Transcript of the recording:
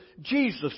Jesus